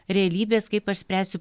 realybės kaip aš spręsiu